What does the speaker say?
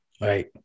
right